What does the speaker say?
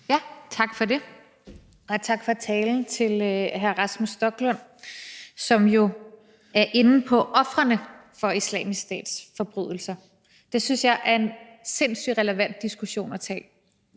Tak for det, og tak til hr. Rasmus Stoklund for talen, hvor han jo er inde på ofrene for Islamisk Stats forbrydelser. Det synes jeg er en sindssyg relevant diskussion at tage.